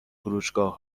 فروشگاه